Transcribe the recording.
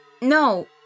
No